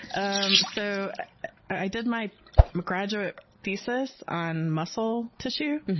um so i did my graduate thesis on muscle tissue.